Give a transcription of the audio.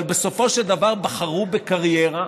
אבל בסופו של דבר בחרו בקריירה.